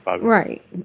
Right